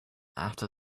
after